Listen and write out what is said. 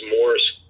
Morris